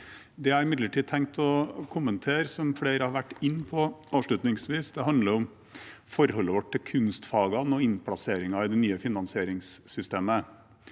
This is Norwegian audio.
Det jeg imidlertid tenkte å kommentere avslutningsvis, som flere har vært inne på, handler om forholdet vårt til kunstfagene og innplasseringen i det nye finansieringssystemet.